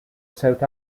south